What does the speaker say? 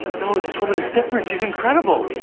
this woman is different, she's incredible,